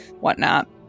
whatnot